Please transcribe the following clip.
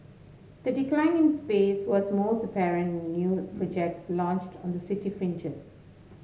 the decline in space was most apparent in new projects launched on the city fringes